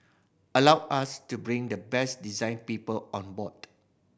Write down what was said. allowed us to bring the best design people on board